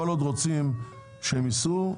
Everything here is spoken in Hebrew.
כל עוד רוצים שהם ייסעו,